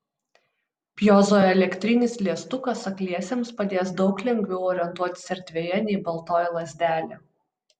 pjezoelektrinis liestukas akliesiems padės daug lengviau orientuotis erdvėje nei baltoji lazdelė